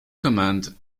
command